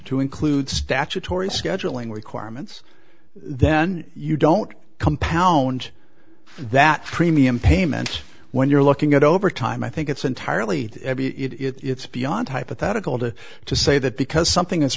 to include statutory scheduling requirements then you don't compound that premium payment when you're looking at over time i think it's entirely it it's beyond hypothetical to to say that because something is